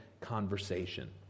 conversation